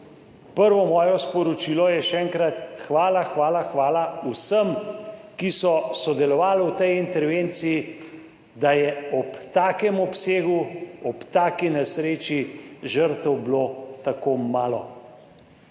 prvo moje sporočilo še enkrat hvala, hvala, hvala vsem, ki so sodelovali v tej intervenciji, da je ob takem obsegu, ob taki nesreči žrtev bilo tako malo.